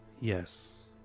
Yes